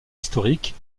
historiques